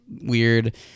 weird